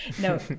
No